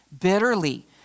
bitterly